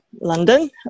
London